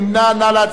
נא להצביע.